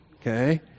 okay